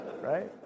Right